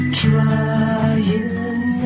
trying